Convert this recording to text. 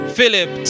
Philip